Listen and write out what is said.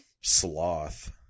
sloth